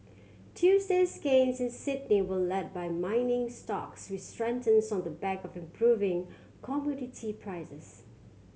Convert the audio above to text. Tuesday's gains in Sydney were led by mining stocks which strengthens on the back of improving commodity prices